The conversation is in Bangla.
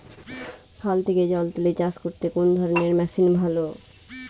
খাল থেকে জল তুলে চাষ করতে কোন ধরনের মেশিন ভালো?